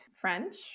French